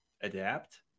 adapt